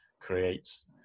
creates